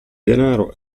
denaro